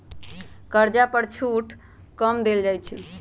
कर्जा पर छुट कम ब्याज दर पर देल जाइ छइ